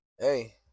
Hey